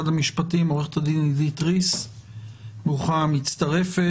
המשפטית של משרד הבריאות ועורכת הדין עדית ריס ממשרד המשפטים.